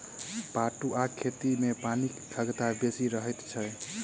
पटुआक खेती मे पानिक खगता बेसी रहैत छै